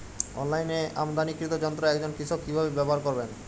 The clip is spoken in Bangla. অনলাইনে আমদানীকৃত যন্ত্র একজন কৃষক কিভাবে ব্যবহার করবেন?